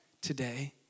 today